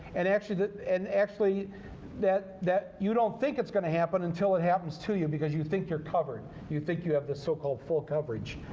and actually that and actually that you don't think it's going to happen until it happens to you because you think you're covered. you think you have this so-called full coverage.